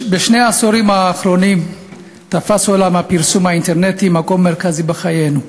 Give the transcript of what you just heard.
בשני העשורים האחרונים תפס עולם הפרסום האינטרנטי מקום מרכזי בחיינו.